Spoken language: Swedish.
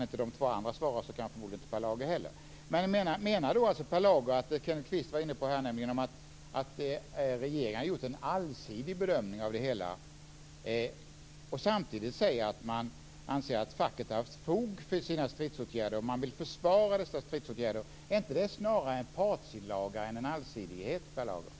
Kan de två andra inte svara kan förmodligen inte heller Per Lager göra det. Menar Per Lager att regeringen har gjort en allsidig bedömning av det hela, vilket Kenneth Kvist var inne på? Samtidigt säger man att man anser att facket har haft fog för sina stridsåtgärder och vill försvara dessa stridsåtgärder. Är inte det en partsinlaga snarare än en allsidig bedömning, Per Lager?